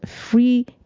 free